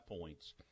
points